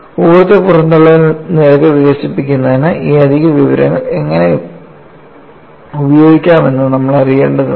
ഊർജ്ജ പുറന്തള്ളൽ നിരക്ക് വികസിപ്പിക്കുന്നതിന് ഈ അധിക വിവരങ്ങൾ എങ്ങനെ ഉപയോഗിക്കാമെന്ന് നമ്മൾ അറിയേണ്ടതുണ്ട്